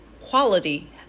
quality